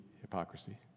hypocrisy